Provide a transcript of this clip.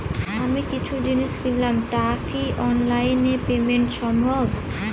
আমি কিছু জিনিস কিনলাম টা কি অনলাইন এ পেমেন্ট সম্বভ?